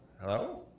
Hello